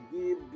give